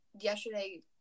yesterday